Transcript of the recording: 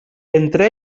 entre